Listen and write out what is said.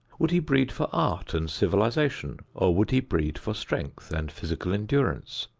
would he breed for art and civilization or would he breed for strength and physical endurance?